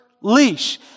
leash